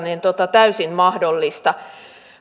täysin mahdollista